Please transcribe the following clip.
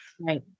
Right